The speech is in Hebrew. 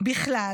בכלל